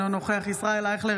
אינו נוכח ישראל אייכלר,